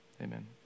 Amen